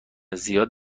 زیاد